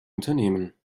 unternehmen